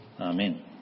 Amen